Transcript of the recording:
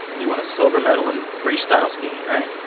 you won a silver medal in freestyle skiing, right?